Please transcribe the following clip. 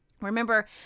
Remember